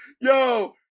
yo